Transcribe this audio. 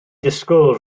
disgwyl